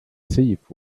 thief